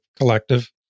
Collective